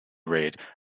raid